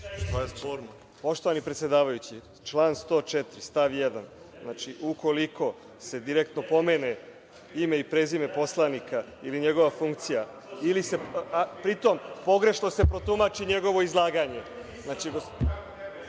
**Srđan Nogo** Poštovani predsedavajući, član 104. stav 1. Znači, ukoliko se direktno pomene ime i prezime poslanika ili njegova funkcija, pri tom pogrešno se protumači njegovo izlaganje …Ja se